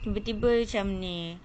tiba-tiba macam ni